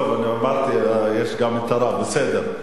טוב, אמרתי, יש גם הרב, בסדר.